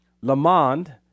Lamond